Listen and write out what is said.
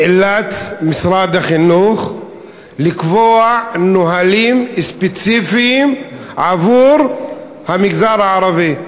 משרד החינוך נאלץ לקבוע נהלים ספציפיים עבור המגזר הערבי.